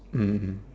mm